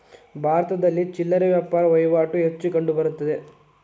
ಭಾರತದಲ್ಲಿ ಚಿಲ್ಲರೆ ವ್ಯಾಪಾರ ವಹಿವಾಟು ಹೆಚ್ಚು ಕಂಡುಬರುತ್ತದೆ